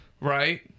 right